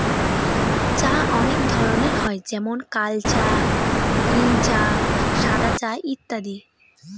চা অনেক ধরনের হয় যেমন কাল চা, গ্রীন চা, সাদা চা ইত্যাদি